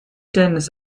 deines